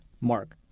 mark